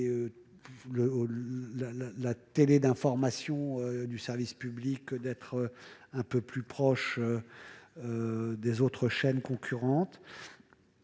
à la télévision d'information du service public d'être un peu plus proche des chaînes concurrentes.